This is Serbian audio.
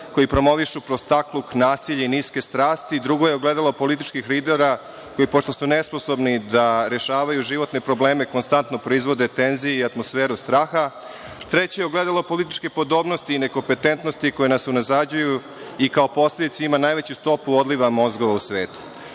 koji promovišu prostakluk, nasilje i niske strasti. Drugo je ogledalo političkih lidera, koji pošto su nesposobni da rešavaju životne probleme, konstantno proizvode tenzije i atmosferu straha. Treće je ogledalo političke podobnosti i nekompetentnosti, koji nas unazađuju i kao posledicu imaju najveću stopu odliva mozgova u svetu.S